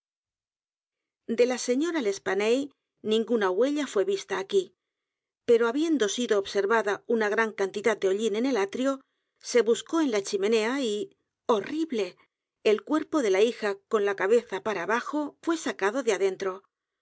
de la señora l'espanaye ninguna huella fué vista a q u í pero habiendo sido observada una g r a n cantidad de hollín en el atrio se buscó en la chimenea y horrible el cuerpo de la hija con la cabeza para abajo fué sacado de adentro